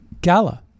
Gala